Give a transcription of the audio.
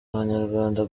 abanyarwanda